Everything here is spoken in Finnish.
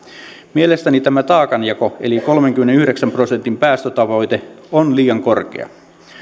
mielestäni tämä taakanjako eli kolmenkymmenenyhdeksän prosentin päästötavoite on liian korkea